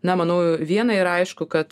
na manau viena ir aišku kad